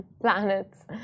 planets